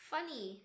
Funny